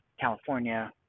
California